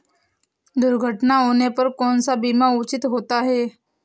दुर्घटना होने पर कौन सा बीमा उचित होता है?